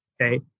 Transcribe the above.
Okay